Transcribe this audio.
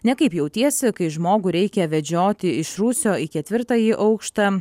nekaip jautiesi kai žmogų reikia vedžioti iš rūsio į ketvirtąjį aukštą